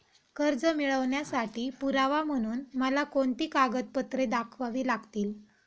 कर्ज मिळवण्यासाठी पुरावा म्हणून मला कोणती कागदपत्रे दाखवावी लागतील?